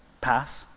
pass